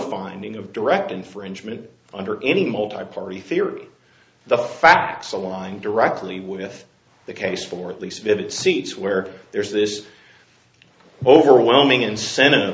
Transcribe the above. finding of direct infringement under any multi party theory the facts aligned directly with the case for at least vivid seats where there's this overwhelming incentive